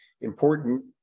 important